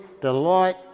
delight